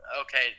okay